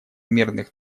мирных